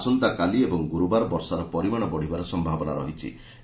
ଆସନ୍ତାକାଲି ଏବଂ ଗୁରୁବାର ବର୍ଷାର ପରିମାଣ ବଢ଼ିବାର ସମ୍ଭାବନା ରହିଚି